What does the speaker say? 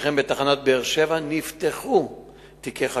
שכן בתחנת באר-שבע נפתחו תיקי חקירה,